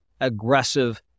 aggressive